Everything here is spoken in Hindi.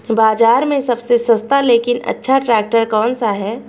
बाज़ार में सबसे सस्ता लेकिन अच्छा ट्रैक्टर कौनसा है?